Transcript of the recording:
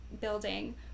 building